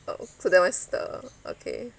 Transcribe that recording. oh so that was the okay